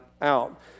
out